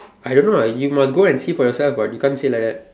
I don't know lah you must go and see for yourself you can't say like that